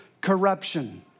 corruption